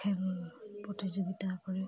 খেল প্ৰতিযোগিতা কৰে